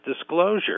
disclosure